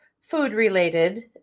food-related